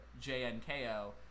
J-N-K-O